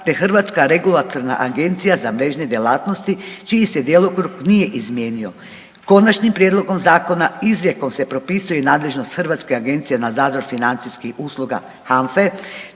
te Hrvatska regulatorna agencija za mrežne djelatnosti čiji se djelokrug nije izmijenio. Konačnim prijedlogom zakona izrijekom se propisuje i nadležnost Hrvatske agencije za nadzor financijskih usluga HANFA-e,